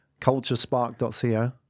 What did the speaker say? Culturespark.co